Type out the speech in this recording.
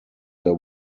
their